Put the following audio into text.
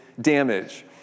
damage